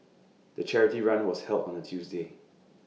the charity run was held on A Tuesday